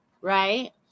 right